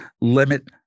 limit